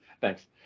Thanks